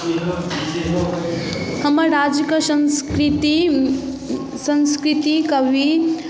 हमर राज्यके संस्कृति संस्कृति कवि